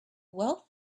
wealth